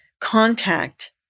contact